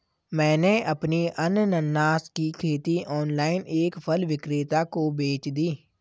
मैंने अपनी अनन्नास की खेती ऑनलाइन एक फल विक्रेता को बेच दी